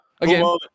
again